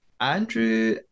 Andrew